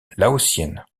laotienne